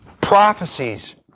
prophecies